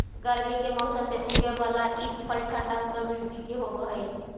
गर्मी के मौसम में उगे बला ई फल ठंढा प्रवृत्ति के होब हई